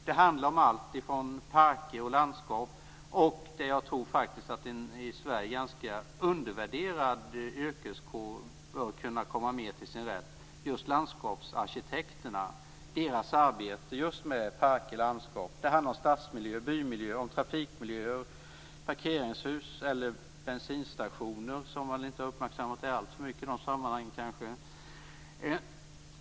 Det handlar om allting, från parker och landskap. Jag tror att en ganska undervärderad yrkeskår, landskapsarkitekterna, mera bör kunna komma till sin rätt när det gäller deras arbete med parker och landskap. Vidare handlar det om stadsmiljöer, bymiljöer och trafikmiljöer, liksom om parkeringshus och bensinstationer, vilka väl inte har uppmärksammats alltför mycket i de här sammanhangen.